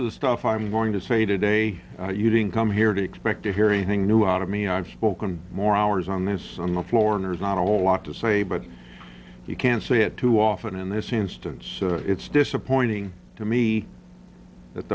of the stuff i'm going to say today you didn't come here to expect to hear anything new out of me i've spoken more hours on this on the floor and there's not a whole lot to say but you can't say it too often in this instance it's disappointing to me that